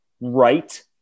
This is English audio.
right